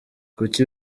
kuki